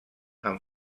amb